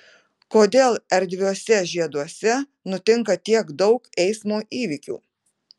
kodėl erdviuose žieduose nutinka tiek daug eismo įvykių